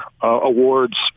awards